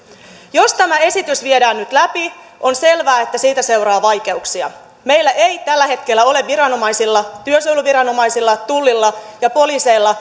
jos tämä esitys viedään nyt läpi on selvää että siitä seuraa vaikeuksia meillä ei tällä hetkellä ole viranomaisilla työsuojeluviranomaisilla tullilla ja poliiseilla